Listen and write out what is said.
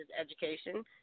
education